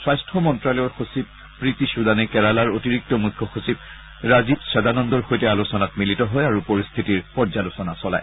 স্বাস্থ্য মন্ত্ৰালয়ৰ সচিব প্ৰীতি চুদানে কেৰালাৰ অতিৰিক্ত মুখ্য সচিব ৰাজীৱ সদানন্দৰ সৈতে আলোচনাত মিলিত হয় আৰু পৰিস্থিতিৰ পৰ্য্যালোচনা চলায়